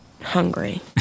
hungry